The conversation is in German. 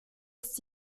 ist